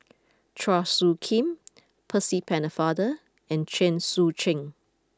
Chua Soo Khim Percy Pennefather and Chen Sucheng